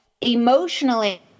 emotionally